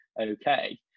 okay